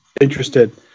interested